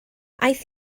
aeth